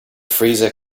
freezer